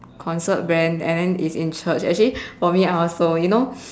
concert band and then is in church actually for me I also you know